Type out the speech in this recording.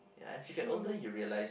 true